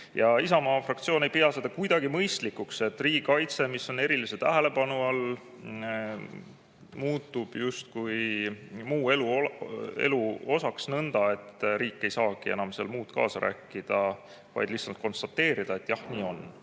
Isamaa fraktsioon ei pea kuidagi mõistlikuks, et riigikaitse, mis on erilise tähelepanu all, muutub justkui muu elu osaks nõnda, et riik ei saagi seal enam kaasa rääkida, vaid peab lihtsalt konstateerima, et jah, nii